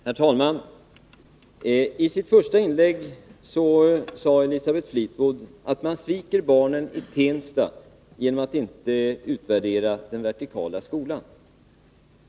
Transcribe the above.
Herr talman! I sitt första inlägg sade Elisabeth Fleetwood att man sviker barnen i Tensta genom att inte utvärdera den vertikala skolan.